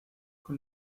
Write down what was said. con